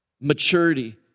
Maturity